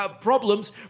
problems